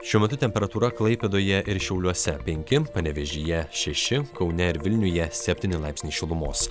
šiuo metu temperatūra klaipėdoje ir šiauliuose penki panevėžyje šeši kaune ir vilniuje septyni laipsniai šilumos